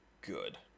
good